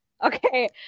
Okay